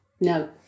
No